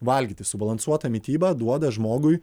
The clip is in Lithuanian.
valgyti subalansuota mityba duoda žmogui